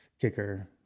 kicker